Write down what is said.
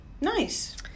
Nice